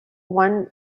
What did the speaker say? one